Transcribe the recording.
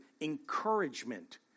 encouragement